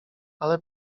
ale